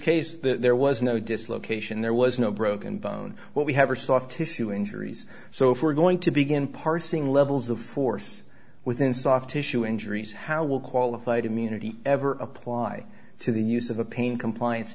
case there was no dislocation there was no broken bone what we have are soft tissue injuries so if we're going to begin parsing levels of force within soft tissue injuries how will qualified immunity ever apply to the use of a pain compliance